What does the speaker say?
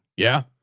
yeah.